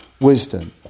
wisdom